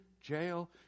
jail